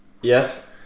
Yes